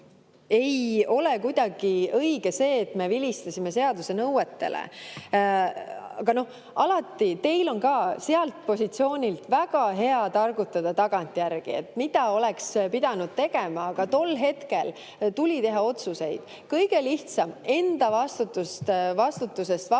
Ei ole kuidagi õige see, et me vilistasime seaduse nõuetele. Aga alati teil on ka sealt positsioonilt väga hea targutada tagantjärgi, mida oleks pidanud tegema. Aga tol hetkel tuli teha otsuseid. Kõige lihtsam enda vastutusest vabanemiseks